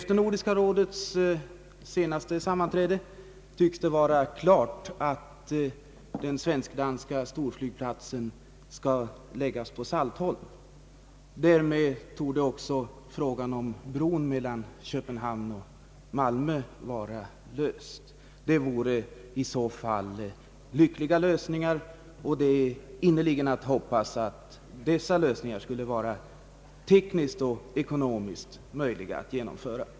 Efter Nordiska rådets senaste sammanträde förefaller det som att den svenskdanska storflygplatsen möjligen skall hamna på Saltholm. Därmed torde också frågan om bron mellan Köpenhamn och Malmö vara avgjord. Det vore i så fall lyckliga lösningar, och det är att innerligt hoppas att dessa projekt kan vara tekniskt och ekonomiskt möjliga att genomföra.